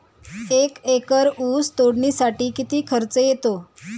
एक एकर ऊस तोडणीसाठी किती खर्च येतो?